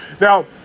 Now